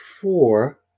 four